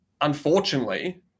unfortunately